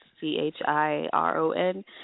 C-H-I-R-O-N